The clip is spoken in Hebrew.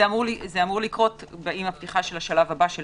זה אמור לקרות עם הפתיחה של השלב הבא, של